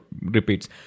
repeats